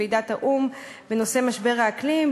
ועידת האו"ם בנושא משבר האקלים,